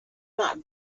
not